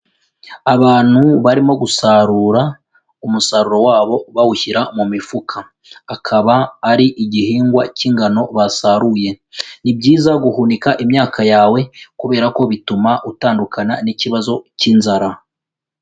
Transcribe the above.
Abantu barimo gusarura umusaruro wabo bawushyira mu mifuka, akaba ari igihingwa cy'ingano basaruye. Ni byiza guhunika imyaka yawe kubera ko bituma utandukana n'ikibazo cy'inzara.